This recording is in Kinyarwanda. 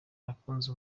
nakunze